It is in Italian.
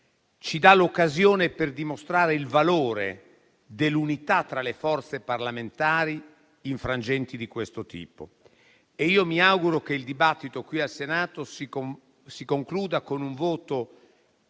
ci dà l'occasione per dimostrare il valore dell'unità tra le forze parlamentari in frangenti di questo tipo. Mi auguro che il dibattito qui al Senato si concluda con un voto